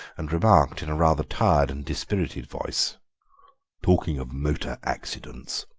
and remarked in a rather tired and dispirited voice talking of motor accidents,